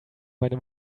meine